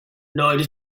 neither